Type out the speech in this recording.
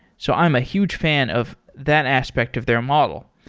so i'm a huge fan of that aspect of their model.